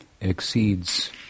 exceeds